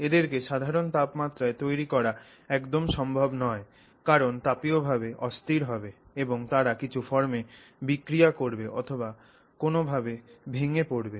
এদের কে সাধারণ তাপমাত্রায় তৈরি করা একদম সম্ভব নয় কারণ তারা তাপীয়ভাবে অস্থির হবে এবং তারা কিছু ফর্মে বিক্রিয়া করবে অথবা কোন ভাবে ভেঙ্গে পড়বে